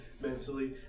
mentally